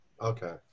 Okay